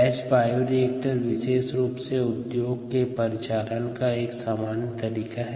batch bioreactor विशेष रूप से उद्योग में परिचालन का एक सामान्य तरीका है